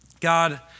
God